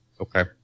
Okay